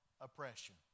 oppression